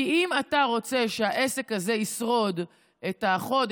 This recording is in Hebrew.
כי אם אתה רוצה שהעסק הזה ישרוד חודש,